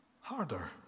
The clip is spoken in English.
harder